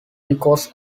because